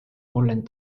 wollen